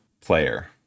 player